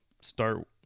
start